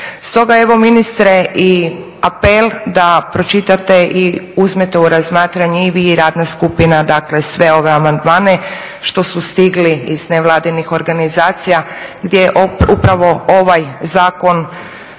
Stoga evo ministre i apel da pročitate i uzmete u razmatranje i vi i radna skupina dakle sve ove amandmane što su stigli iz nevladinih organizacija gdje upravo ovaj zakon